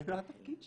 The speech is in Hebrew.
זה לא התפקיד שלנו.